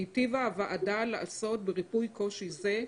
היטיבה הוועדה לעשות בריפוי קושי זה.